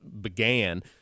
began